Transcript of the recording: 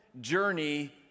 journey